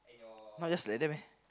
not just like that meh